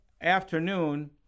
afternoon